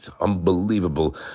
unbelievable